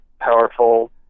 powerful